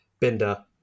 Binder